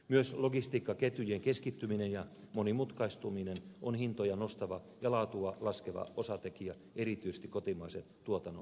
myös logistiikkaketjujen keskittyminen ja monimutkaistuminen on hintoja nostava ja laatua laskeva osatekijä erityisesti kotimaisen tuotannon osalta